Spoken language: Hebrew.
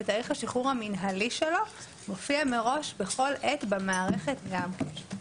ותאריך השחרור המינהלי שלו מופיע מראש בכל עת במערכת גם.